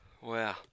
Wow